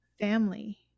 Family